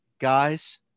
guys